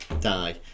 die